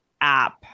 app